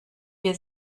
wir